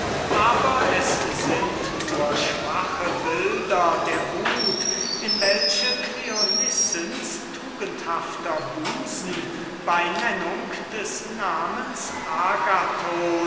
geraubt worden sind nur schwache bilder in vergleichung mit der wut in welche cleonissens tugendhafter busen bei nennung des namens agathon